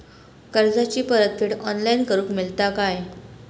कर्जाची परत फेड ऑनलाइन करूक मेलता काय?